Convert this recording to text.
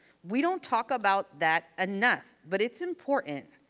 we don't talk about that enough, but it's important.